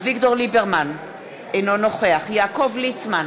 אביגדור ליברמן, אינו נוכח יעקב ליצמן,